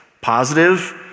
positive